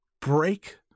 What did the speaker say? break